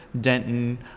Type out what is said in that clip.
Denton